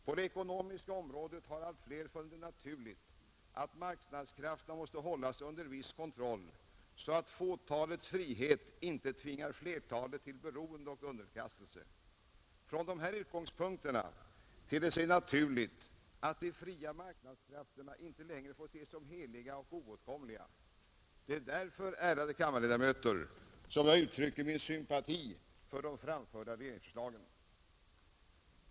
På det ekonomiska området har allt fler funnit det naturligt att marknadskrafterna måste hållas under viss kontroll, så att fåtalets frihet inte tvingar flertalet till beroende och underkastelse. Från dessa utgångspunkter ter det sig naturligt att de fria marknadskrafterna inte längre får ses som heliga och oåtkomliga. Det är därför, ärade kammarledamöter, som jag uttrycker min sympati för de nu framförda regeringsförslagen.